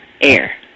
air